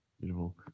beautiful